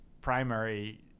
primary